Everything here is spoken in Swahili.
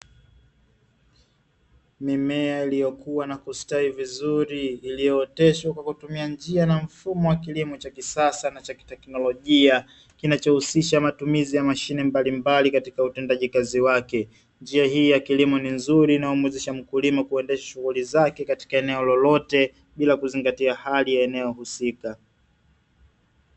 Mimea iliyokua na kustawi vizuri iliyooteshwa kwa kutumia njia na mfumo wa kilimo cha kisasa na cha kiteknolojia kinachohusisha matumizi ya mashine mbalimbali katika utendaji kazi wake. Njia hii ya kilimo ni nzuri inayomsaidia mkulima kuendesha shughuli zake takika eneo lolote bila kutegemea hali ya eneo husika.